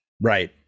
Right